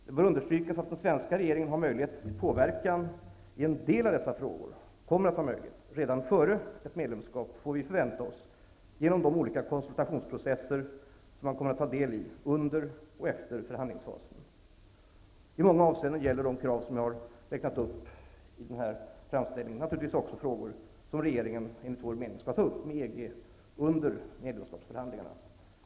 Det bör understrykas att den svenska regeringen kan förväntas ha möjlighet till påverkan i en del av dessa frågor redan före ett medlemskap genom de olika konsultationsprocesser som man kommer att ta del i under och efter förhandlingsfasen. I många avseenden gäller de krav jag har räknat upp i den här framställningen naturligtvis också frågor som regeringen enligt vår mening skall ta upp med EG under medlemskapsförhandlingarna.